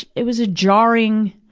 it was a jarring,